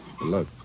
Look